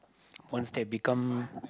once they become